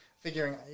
figuring